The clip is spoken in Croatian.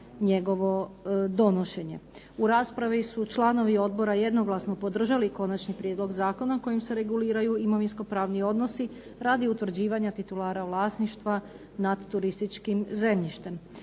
U raspravi su članovi odbora jednoglasno podržali konačni prijedlog zakona kojim se reguliraju imovinsko-pravni odnosi radi utvrđivanja titulara vlasništva nad turističkim zemljištem.